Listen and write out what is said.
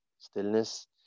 Stillness